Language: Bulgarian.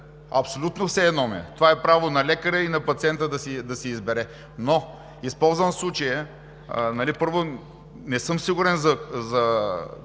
Абсолютно ми е все едно! Това е право на лекаря и на пациента да си избере. Използвам случая, първо, не съм сигурен